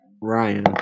Ryan